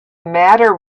matter